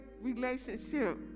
relationship